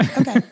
okay